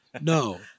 No